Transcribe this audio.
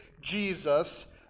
Jesus